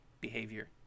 behavior